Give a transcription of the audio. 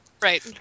Right